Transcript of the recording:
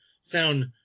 sound